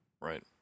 Right